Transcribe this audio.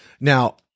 Now